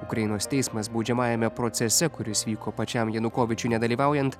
ukrainos teismas baudžiamajame procese kuris vyko pačiam janukovyčiui nedalyvaujant